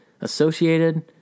associated